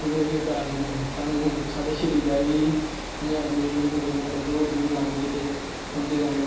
एह्दे कारण सानू साढ़े शरीरा गी बी इ'यां जेह्ड़े मुड़े दौड़ दूड़ लांदे ते उं'दे ताईं